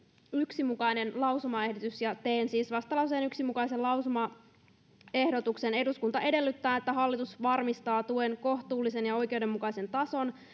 yhden mukainen lausumaehdotus ja teen siis vastalauseen yhden mukaisen lausumaehdotuksen eduskunta edellyttää että hallitus varmistaa tuen kohtuullisen ja oikeudenmukaisen tason